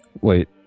Wait